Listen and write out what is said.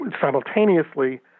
simultaneously